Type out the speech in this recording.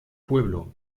pueblo